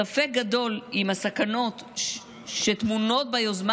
ספק גדול אם הסכנות שטמונות ביוזמה